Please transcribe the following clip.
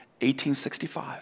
1865